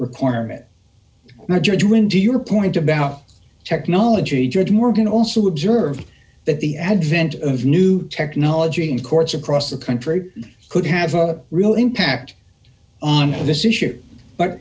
requirement my judgment to your point about technology judge morgan also observed that the advent of new technology in courts across the country could have a real impact on this issue but